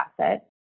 asset